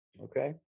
okay